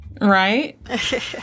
Right